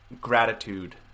gratitude